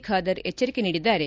ಖಾದರ್ ಎಚ್ವರಿಕೆ ನೀಡಿದ್ದಾರೆ